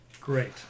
Great